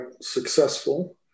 successful